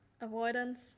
Avoidance